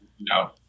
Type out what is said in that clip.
No